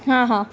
હા હા